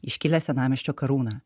iškilią senamiesčio karūną